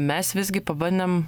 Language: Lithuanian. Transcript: mes visgi pabandėm